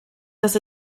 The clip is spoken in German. dass